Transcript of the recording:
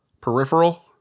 Peripheral